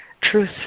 truth